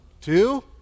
two